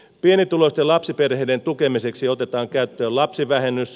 pienituloisten lapsiperheiden tukemiseksi otetaan käyttöön lapsivähennys